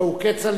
הלוא הוא כצל'ה.